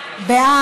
בעד.